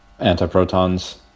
antiprotons